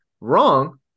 wrong